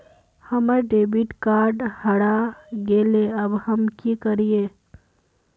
हमर debit card हरा गेले अब हम की करिये?